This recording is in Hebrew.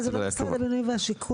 זה לא משרד הבינוי והשיכון.